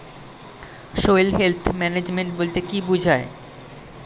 Soil health management বলতে কি বুঝায়?